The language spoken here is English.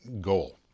goal